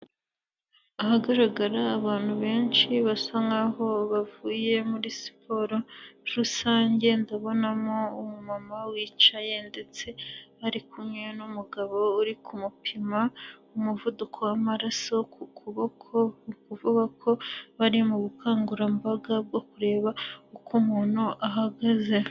Ahagaragara abantu benshi basa nkaho bavuye muri siporo rusange ndabonamo umumama wicaye ndetse bari kumwe n'umugabo uri kumupima umuvuduko w'amaraso ku kuboko ni ukuvuga ko bari mu bukangurambaga bwo kureba uko umuntu ahagaze.